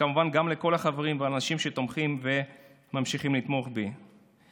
וכמובן גם לכל החברים והאנשים שתומכים וממשיכים לתמוך בי.